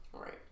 Right